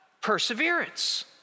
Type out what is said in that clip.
perseverance